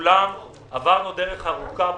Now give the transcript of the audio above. עברנו דרך ארוכה פה.